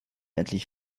endlich